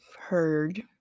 heard